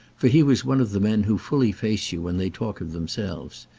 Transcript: for he was one of the men who fully face you when they talk of themselves.